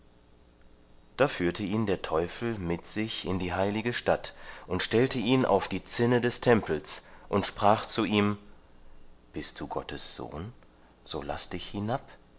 da führte ihn der teufel mit sich in die heilige stadt und stellte ihn auf die zinne des tempels und sprach zu ihm bist du gottes sohn so laß dich hinab